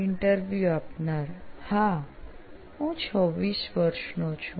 interview આપનાર હા હું 26 વર્ષનો છું